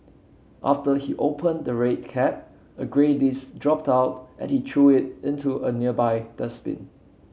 after he opened the red cap a grey disc dropped out and he threw it into a nearby dustbin